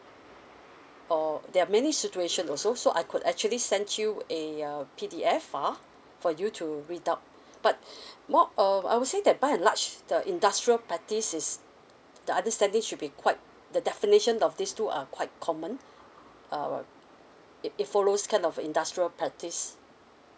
or there are many situation also so I could actually send you a uh P_D_F file for you to read up but more of I would say that by and large the industrial practice is the understanding should be quite the definition of these two are quite common uh it it follows kind of a industrial practice